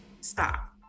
stop